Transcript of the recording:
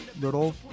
little